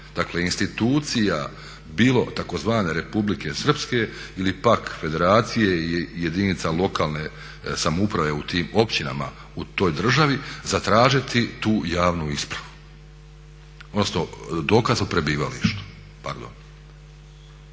dakle institucija, bilo tzv. Republike Srpske ili pak federacije jedinica lokalne samouprave u tim općinama u toj državi zatražiti tu javnu ispravu. Odnosno dokaz o prebivalištu,